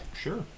Sure